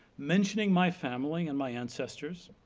mentioning my family, and my ancestors,